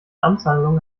amtshandlung